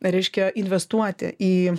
reiškia investuoti į